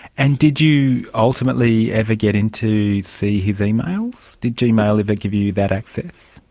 and did you ultimately ever get into see his emails? did gmail ever give you that access?